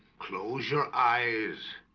close your eyes